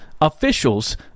officials